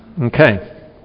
Okay